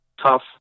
tough